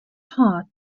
heart